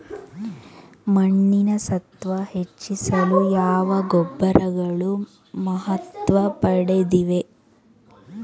ಮಣ್ಣಿನ ಸತ್ವ ಹೆಚ್ಚಿಸಲು ಯಾವ ಗೊಬ್ಬರಗಳು ಮಹತ್ವ ಪಡೆದಿವೆ?